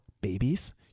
babies